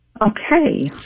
Okay